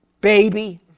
baby